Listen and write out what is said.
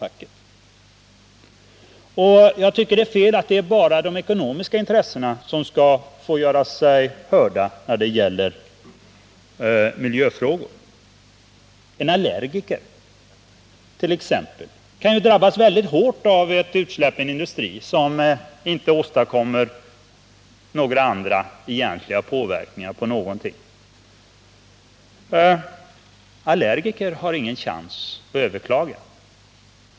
Jag tycker mot denna bakgrund att det är fel att det bara är de ekonomiska intressena som skall kunna göra sig hörda i miljöfrågor. En allergiker t.ex. kan drabbas mycket hårt av ett industriutsläpp, som egentligen inte åstadkommer några andra påverkningar, men allergiker har ingen chans att överklaga.